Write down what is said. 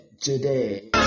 today